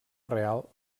real